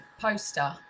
poster